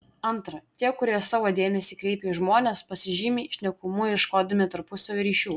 antra tie kurie savo dėmesį kreipia į žmones pasižymi šnekumu ieškodami tarpusavio ryšių